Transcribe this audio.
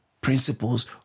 principles